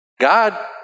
God